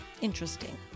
Interesting